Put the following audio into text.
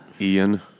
Ian